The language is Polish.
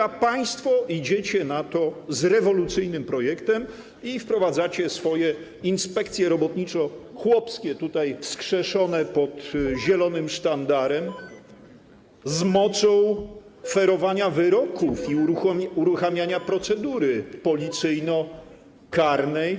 A państwo idziecie na to z rewolucyjnym projektem i wprowadzacie swoje inspekcje robotniczo-chłopskie tutaj wskrzeszone pod zielonym sztandarem, z mocą ferowania wyroków i uruchamiania procedury policyjno-karnej.